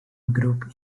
group